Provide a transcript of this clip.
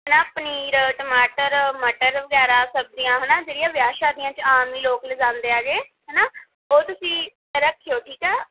ਨਾ ਪਨੀਰ ਟਮਾਟਰ ਮਟਰ ਵਗੈਰਾ ਸਬਜ਼ੀਆਂ ਹੈ ਨਾ ਜਿਹੜੀਆਂ ਵਿਆਹ ਸ਼ਾਦੀਆਂ 'ਚ ਆਮ ਹੀ ਲੋਕ ਲਿਜਾਂਦੇ ਹੈਗੇ ਹੈ ਨਾ ਉਹ ਤੁਸੀਂ ਰੱਖਿਓ ਠੀਕ ਆ